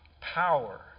power